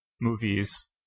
movies